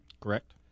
Correct